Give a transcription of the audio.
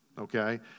okay